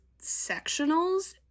sectionals